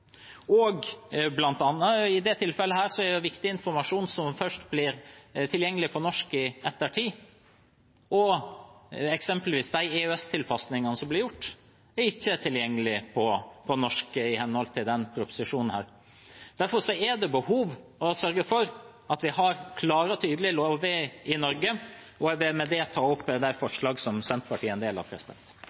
og i dette tilfellet bl.a. viktig informasjon som først blir tilgjengelig på norsk i ettertid. De EØS-tilpasninger som blir gjort, er eksempelvis ikke tilgjengelige på norsk i henhold til denne proposisjonen. Derfor er det behov for å sørge for at vi har klare og tydelige lover i Norge. Jeg vil med det ta opp det forslaget Senterpartiet